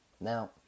now